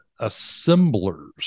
Assemblers